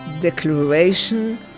declaration